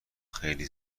خیلی